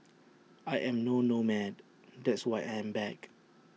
I am no nomad that's why I am back